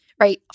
right